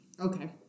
Okay